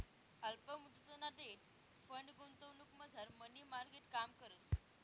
अल्प मुदतना debt fund गुंतवणुकमझार मनी मार्केट काम करस